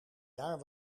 jaar